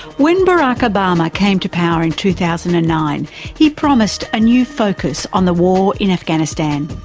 when barak obama came to power in two thousand and nine he promised a new focus on the war in afghanistan.